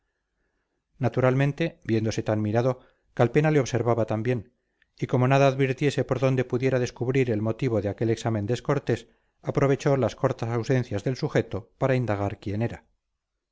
naturalmente viéndose tan mirado calpena le observaba también y como nada advirtiese por donde pudiera descubrir el motivo de aquel examen descortés aprovechó las cortas ausencias del sujeto para indagar quién era